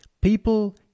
People